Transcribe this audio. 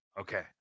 Okay